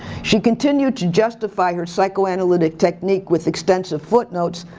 she continued to justify her psychoanalytic technique with extensive footnotes,